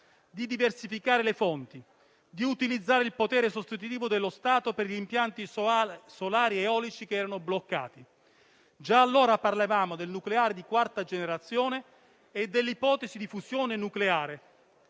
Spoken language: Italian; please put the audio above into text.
di diversificare le fonti, di utilizzare il potere sostitutivo dello Stato per gli impianti solari ed eolici che erano bloccati. Già allora parlavamo del nucleare di quarta generazione e dell'ipotesi di fusione nucleare,